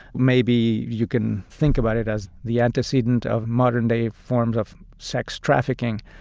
maybe you can think about it as the antecedent of modern day forms of sex trafficking.